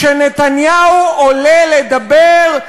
כשנתניהו עולה לדבר,